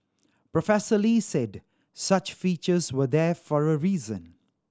Professor Lee said such features were there for a reason